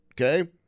okay